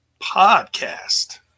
Podcast